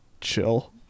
chill